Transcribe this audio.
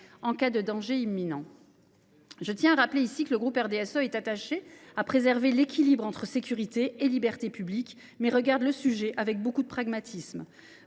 en cas de danger imminent. Je tiens à rappeler ici que le groupe RDSE est attaché à préserver l’équilibre entre sécurité et libertés publiques, mais qu’il regarde le sujet avec beaucoup de pragmatisme.